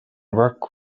work